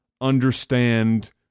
understand